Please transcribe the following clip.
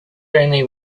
only